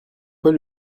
fois